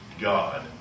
God